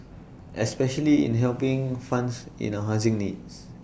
especially in helping funds in our housing needs